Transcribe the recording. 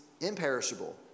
imperishable